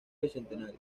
bicentenario